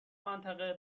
منطقه